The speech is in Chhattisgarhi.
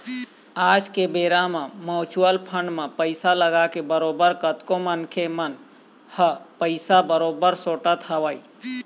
आज के बेरा म म्युचुअल फंड म पइसा लगाके बरोबर कतको मनखे मन ह पइसा बरोबर सोटत हवय